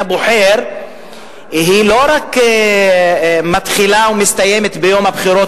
הבוחר לא רק מתחילה ומסתיימת ביום הבחירות,